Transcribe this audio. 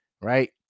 right